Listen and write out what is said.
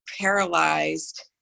paralyzed